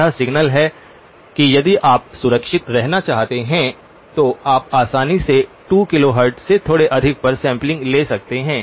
तो यह सिग्नल है कि यदि आप सुरक्षित रहना चाहते हैं तो आप आसानी से 2 किलोहर्ट्ज़ से थोड़े अधिक पर सैंपलिंग ले सकते हैं